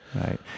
Right